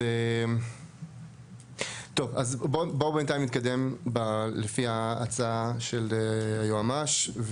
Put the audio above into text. אז בואו בינתיים נתקדם לפי ההצעה של היועמ״ש,